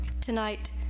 Tonight